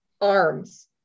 arms